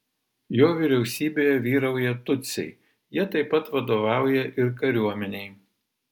jo vyriausybėje vyrauja tutsiai jie taip pat vadovauja ir kariuomenei